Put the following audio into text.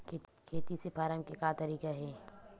खेती से फारम के का तरीका हे?